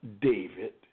David